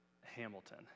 Hamilton